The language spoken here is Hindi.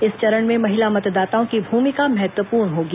इस चरण में महिला मतदाताओं की भूमिका महत्वपूर्ण होगी